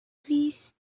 please